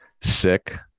sick